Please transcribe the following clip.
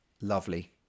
Lovely